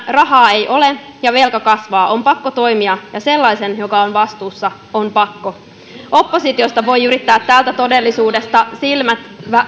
rahaa ei ole ja velka kasvaa on pakko toimia ja sellaisen joka on vastuussa on pakko oppositiosta voi yrittää tältä todellisuudelta silmät